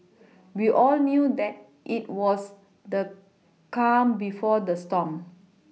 we all knew that it was the calm before the storm